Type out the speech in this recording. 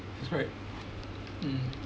that's right mm